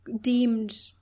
deemed